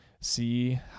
see